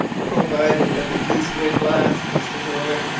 provided that the east wind lasts, mr. jeorling.